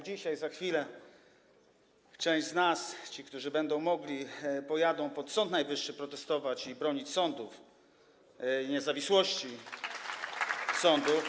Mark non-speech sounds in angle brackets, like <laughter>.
Dzisiaj, za chwilę, część z nas, ci którzy będą mogli, pojedzie pod Sąd Najwyższy protestować i bronić sądów, <applause> niezawisłości sądów.